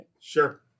Sure